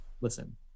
listen